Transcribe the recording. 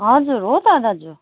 हजुर हो त दाजु